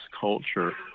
culture